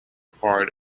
part